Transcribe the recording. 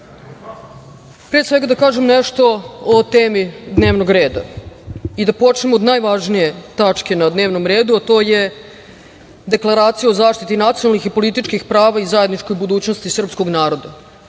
vam. Pre svega da kažem nešto o temi dnevnog reda i da počnem od najvažnije tačke na dnevnom redu, a to je deklaracija o zaštiti nacionalnih i političkih prava i zajedničkoj budućnosti srpskog naroda,